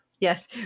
Yes